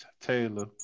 Taylor